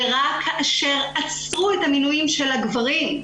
ורק כאשר עצרו את המינויים של הגברים,